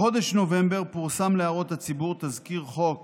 בחודש נובמבר פורסם להערות הציבור תזכיר חוק